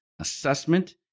assessment